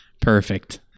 Perfect